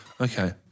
Okay